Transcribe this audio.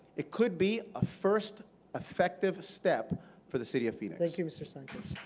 it could be a first effective step for the city of phoenix. thank you, mr. sanchez.